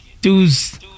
dude's